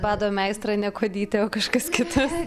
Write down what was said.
bado meistrą ne kuodytė o kažkas kitas